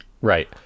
Right